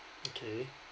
okay